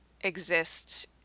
exist